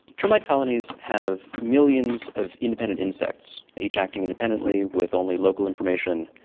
termite colonies have millions of independent insects, each acting independently with only local information,